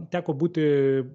teko būti